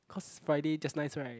cause Friday just nice right